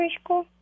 school